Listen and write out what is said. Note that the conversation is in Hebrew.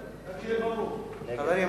חברים,